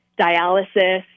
dialysis